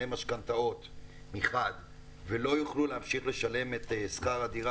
משכנתאות מחד ולא יוכלו להמשיך לשלם את שכר הדירה,